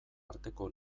arteko